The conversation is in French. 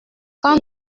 quand